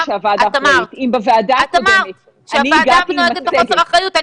אמרת שהוועדה נוהגת בחוסר אחריות.